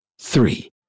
Three